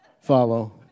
follow